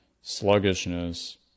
sluggishness